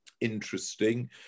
interesting